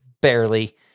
barely